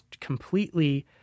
completely